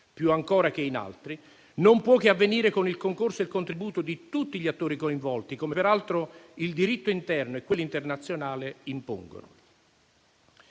più ancora che in altri, non può che avvenire con il concorso e il contributo di tutti gli attori coinvolti, come peraltro il diritto interno e quello internazionale impongono.